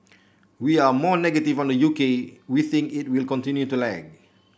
we are more negative on the U K we think it will continue to lag